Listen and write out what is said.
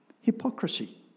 hypocrisy